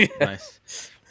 Nice